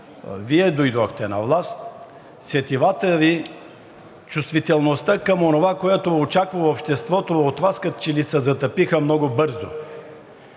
Вие дойдохте на власт, сетивата Ви, чувствителността към онова, което очаква обществото от Вас, като че ли се затъпиха много бързо.